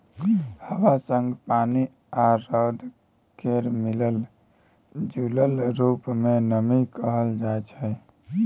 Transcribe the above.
हबा संग पानि आ रौद केर मिलल जूलल रुप केँ नमी कहल जाइ छै